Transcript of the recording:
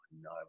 No